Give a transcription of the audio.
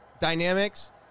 Dynamics